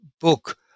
book